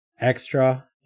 Extra